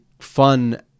fun